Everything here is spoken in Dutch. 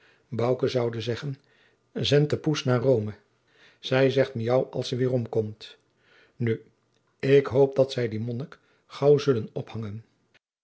zoude zeggen zend de poes naar rome zij zegt miaauw als ze weêrom komt nu ik hoop dat zij dien monnik gaauw zullen ophangen